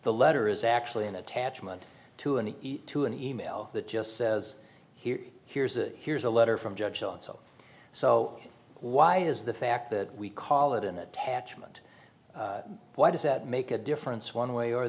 the letter is actually an attachment to and to an e mail that just says here here's a here's a letter from judge alito so why is the fact that we call it an attachment why does that make a difference one way or